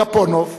גפונוב,